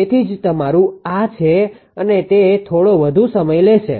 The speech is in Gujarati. તેથી જ તમારું આ છે અને તે થોડો વધુ સમય લેશે